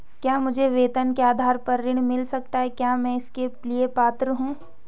क्या मुझे वेतन के आधार पर ऋण मिल सकता है क्या मैं इसके लिए पात्र हूँ?